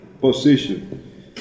position